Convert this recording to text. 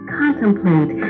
contemplate